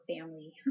family